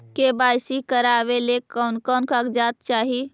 KYC करावे ले कोन कोन कागजात चाही?